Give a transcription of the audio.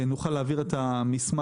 נוכל להעביר שוב את המסמך